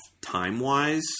time-wise